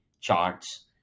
charts